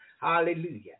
Hallelujah